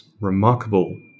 remarkable